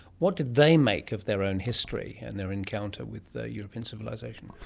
what did they make of their own history and their encounter with the european civilisation?